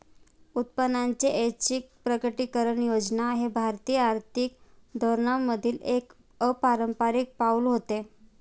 उत्पन्नाची ऐच्छिक प्रकटीकरण योजना हे भारतीय आर्थिक धोरणांमधील एक अपारंपारिक पाऊल होते